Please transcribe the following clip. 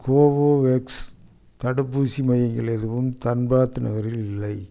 Covovax தடுப்பூசி மையங்கள் எதுவும் தன்பாத் நகரில் இல்லை